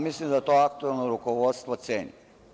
Mislim da to aktuelno rukovodstvo ceni.